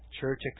church